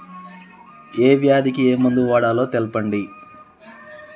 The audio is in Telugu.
ఏ వ్యాధి కి ఏ మందు వాడాలో తెల్పండి?